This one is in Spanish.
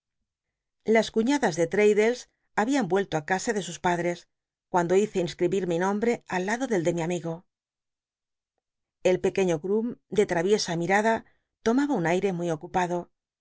las cuñadas de l'raddles llabian vuelto á casa de sus padres cuaúdo hice inscribir mi nombre al lado del de mi am igo el pequeño groom de ttaviesa mitada tomaba un aire muy ocupado